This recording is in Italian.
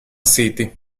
city